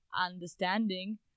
understanding